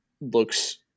looks